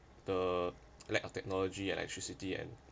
the lack of technology and electricity and